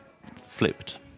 flipped